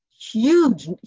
huge